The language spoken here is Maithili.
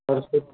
परसु